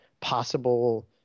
possible